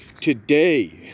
today